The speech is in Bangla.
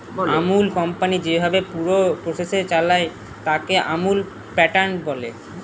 আমুল কোম্পানি যেভাবে তার পুরো প্রসেস চালায়, তাকে আমুল প্যাটার্ন বলে